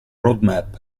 roadmap